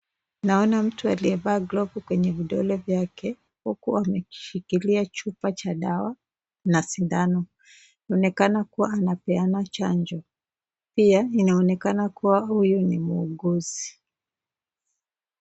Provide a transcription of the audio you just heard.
Nona mtu aliyevaa glovu kwenye vidole vyake, huku ameshikilia chupa cha dawa na sindano. Anaonekana kuwa anapeana chanjo. Pia inaonekana kua huyu ni muuguzi.